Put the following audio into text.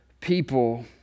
people